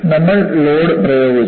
നമ്മൾ ലോഡ് പ്രയോഗിച്ചു